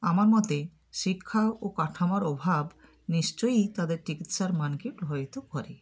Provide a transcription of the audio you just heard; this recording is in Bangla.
আমার মতে শিক্ষা ও কাঠামোর অভাব নিশ্চয়ই তাদের চিকিৎসার মানকে প্রভাবিত করে